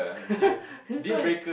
that's why